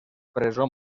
presó